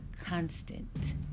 constant